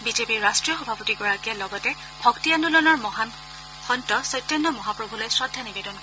বিজেপিৰ ৰাট্টীয় সভাপতিগৰাকীয়ে লগতে ভক্তি আন্দোলনৰ মহান সন্ত চৈত্যন্য মহাপ্ৰভূলৈ শ্ৰদ্ধা নিবেদন কৰিব